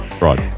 Right